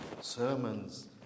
Sermons